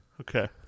Okay